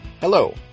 Hello